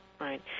Right